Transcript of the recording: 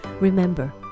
Remember